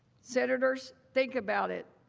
senators, think about it.